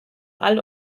all